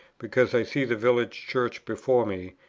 because i see the village church before me,